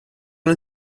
nel